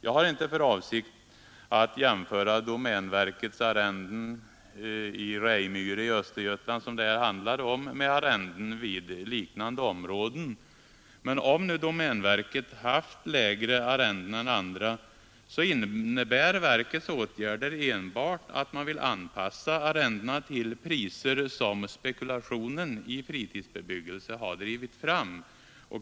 Jag har inte för avsikt att jämföra domänverkets arrenden i Rejmyre i Östergötland med arrendena i liknande områden. Men om nu domänverket haft lägre arrenden än andra, så innebär verkets åtgärder enbart att man vill anpassa arrendepriserna till de priser som spekulationen i fritidsbebyggelse har drivit fram.